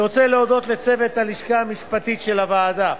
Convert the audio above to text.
אני רוצה להודות לצוות הלשכה המשפטית של הוועדה,